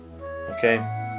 Okay